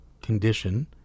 condition